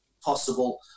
possible